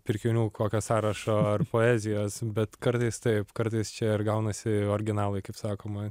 pirkinių kokio sąrašo ar poezijos bet kartais taip kartais čia ir gaunasi originalai kaip sakoma